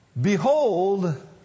behold